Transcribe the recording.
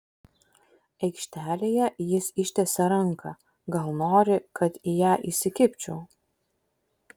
aikštelėje jis ištiesia ranką gal nori kad į ją įsikibčiau